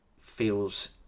feels